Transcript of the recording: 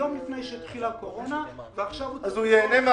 עכשיו אנחנו יכולים להסתכל אחורה בדיעבד ולראות באמת מתי היתה פגיעה.